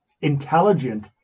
intelligent